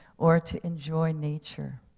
or to enjoy nature.